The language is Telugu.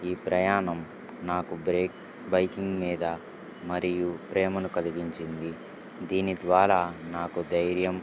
ఈ ప్రయాణం నాకు బ్రేక్ బైకింగ్ మీద మరియు ప్రేమను కలిగించింది దీని ద్వారా నాకు ధైర్యం